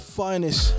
finest